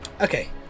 Okay